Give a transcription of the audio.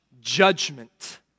judgment